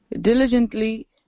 diligently